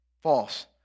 false